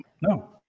No